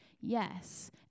Yes